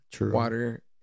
water